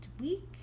week